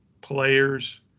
players